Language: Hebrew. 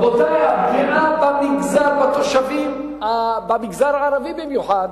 רבותי, הפגיעה בתושבים, במגזר הערבי במיוחד,